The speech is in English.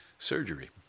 Surgery